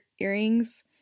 earrings